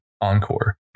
encore